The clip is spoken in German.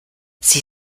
sie